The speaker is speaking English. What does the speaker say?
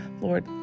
Lord